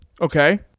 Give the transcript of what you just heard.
Okay